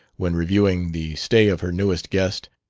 when reviewing the stay of her newest guest,